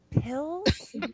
Pills